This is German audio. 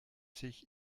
sich